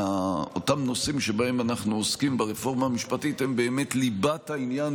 שאותם נושאים שבהם אנחנו עוסקים ברפורמה המשפטית הם ליבת העניין